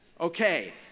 Okay